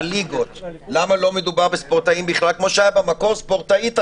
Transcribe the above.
בברית או בהלוויה של בן משפחה קרוב או השתתפות של עורך נישואין